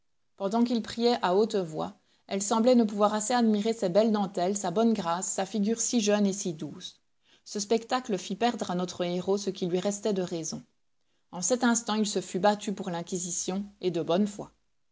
pendant qu'il priait à haute voix elles semblaient ne pouvoir assez admirer ses belles dentelles sa bonne grâce sa figure si jeune et si douce ce spectacle fit perdre à notre héros ce qui lui restait de raison en cet instant il se fût battu pour l'inquisition et de bonne foi